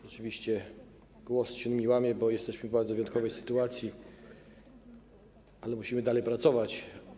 Rzeczywiście głos mi się łamie, bo jesteśmy w bardzo wyjątkowej sytuacji, ale musimy dalej pracować.